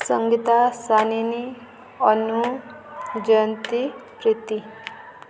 Sangeeta Sanini Anu Jayant Preeti